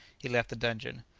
he left the dungeon.